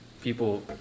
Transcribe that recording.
people